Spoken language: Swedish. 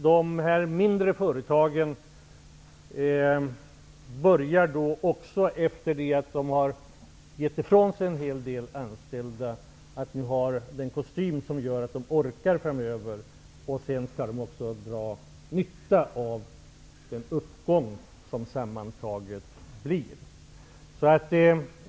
De här mindre företagen börjar också, efter det att de har minskat antalet anställa, få en kostym som gör att de orkar fortsätta driften framöver. De skall också dra nytta av den uppgång som sammantanget kommer att ske.